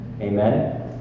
Amen